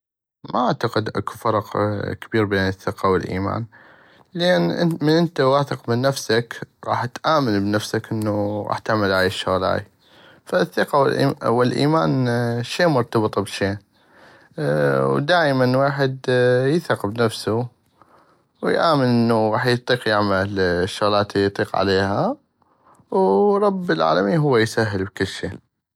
ما اعتقد اكو فرق كبير بين الثقة والايمان لان من انت واثق من نفسك غاح تأمن بنفسك غاح انو تعمل هاي الشغلاي فالثقة والايمان شي مرتبط بشي ودائمن ويحد يثق بنفسو ويأمن انو غاح يطيق يعمل الشغلات الي يطيق عليها ورب العالمين هو يسهل كلشي